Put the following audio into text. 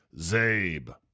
Zabe